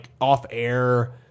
off-air